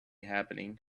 happening